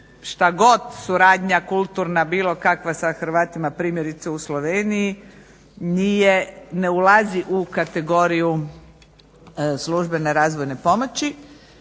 šta god suradnja kulturna, bilo kakva sa Hrvatima primjerice u Sloveniji, nije, ne ulazi u kategoriju službene razvojne pomoći